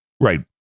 Right